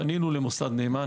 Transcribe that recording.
פנינו למוסד נאמן.